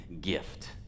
gift